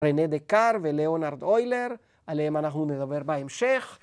רנה דקרט ולאונרד אוילר, עליהם אנחנו נדבר בהמשך.